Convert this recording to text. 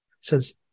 says